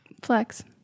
Flex